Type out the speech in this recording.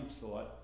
thought